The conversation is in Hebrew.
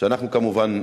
שאנחנו כמובן נגדו,